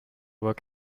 were